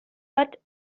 but